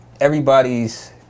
everybody's